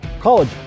college